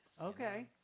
Okay